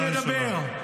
שתוק כבר, תן לי לדבר.